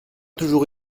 toujours